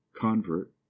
convert